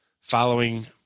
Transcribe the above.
following